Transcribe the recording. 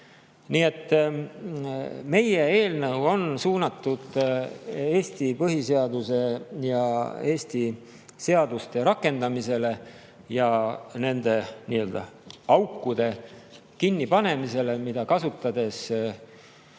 Nii et meie eelnõu on suunatud Eesti põhiseaduse ja Eesti seaduste rakendamisele ja nende nii-öelda aukude kinnipanemisele, mida kasutades